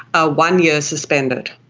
ah one year suspended,